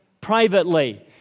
privately